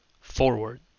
forward